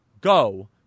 go